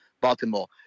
Baltimore